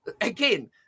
again